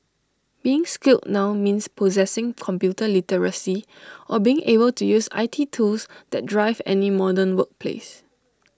being skilled now means possessing computer literacy or being able to use I T tools that drive any modern workplace